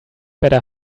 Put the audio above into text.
better